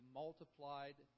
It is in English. multiplied